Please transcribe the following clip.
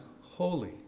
holy